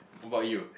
what about you